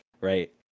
Right